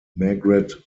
margaret